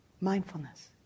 mindfulness